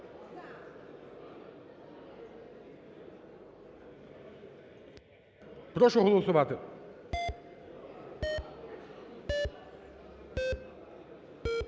Прошу голосувати.